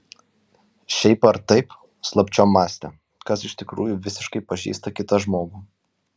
šiaip ar taip slapčiom mąstė kas iš tikrųjų visiškai pažįsta kitą žmogų